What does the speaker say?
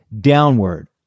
downward